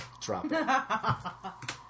drop